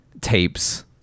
tapes